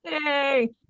Yay